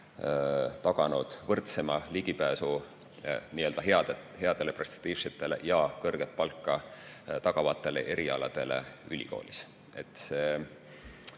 andnud võrdsema ligipääsu headele, perspektiivsetele ja kõrget palka tagavatele erialadele ülikoolis.